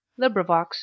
LibriVox